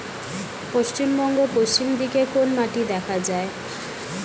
পশ্চিমবঙ্গ পশ্চিম দিকে কোন মাটি দেখা যায়?